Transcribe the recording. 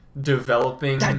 developing